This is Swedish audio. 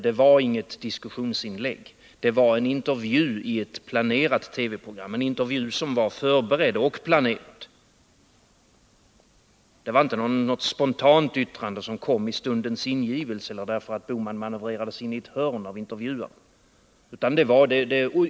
Det var inget diskussionsinlägg utan en intervju i ett planerat TV-program, en intervju som var förberedd och planerad. Det var inte något spontant yttrande som kom i stundens ingivelse därför att herr Bohman manövrerades in i ett hörn av intervjuaren.